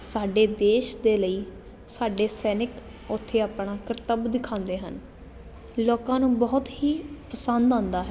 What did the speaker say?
ਸਾਡੇ ਦੇਸ਼ ਦੇ ਲਈ ਸਾਡੇ ਸੈਨਿਕ ਉੱਥੇ ਆਪਣਾ ਕਰਤੱਬ ਦਿਖਾਉਂਦੇ ਹਨ ਲੋਕਾਂ ਨੂੰ ਬਹੁਤ ਹੀ ਪਸੰਦ ਆਉਂਦਾ ਹੈ